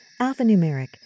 Alphanumeric